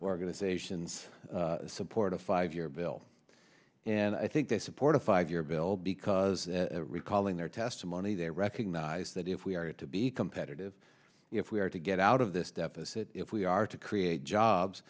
organizations support a five year bill and i think they support a five year bill because recalling their testimony they recognize that if we are to be competitive if we are to get out of this deficit if we are to create jobs